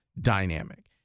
dynamic